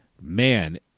man